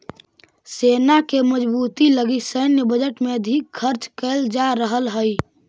सेना के मजबूती लगी सैन्य बजट में अधिक खर्च कैल जा रहल हई